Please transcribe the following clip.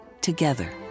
together